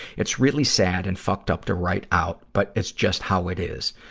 it's really sad and fucked up to write out, but it's just how it is.